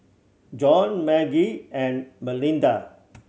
Jon Margie and Melinda